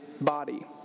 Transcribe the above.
body